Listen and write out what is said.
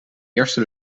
eerste